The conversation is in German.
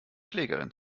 klägerin